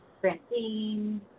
Francine